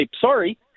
sorry